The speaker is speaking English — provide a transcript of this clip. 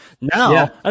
Now